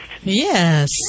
Yes